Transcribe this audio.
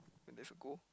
when there's a goal